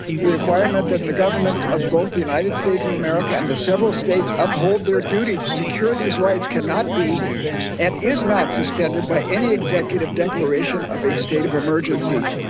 the requirement that the governments of both the united states of america and the several states uphold their duty to secure these rights cannot be and is not suspended by any executive declaration of a state of emergency.